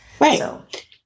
Right